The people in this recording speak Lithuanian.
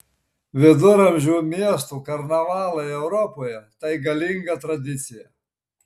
viduramžių miestų karnavalai europoje tai galinga tradicija